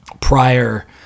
prior